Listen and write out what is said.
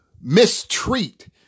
mistreat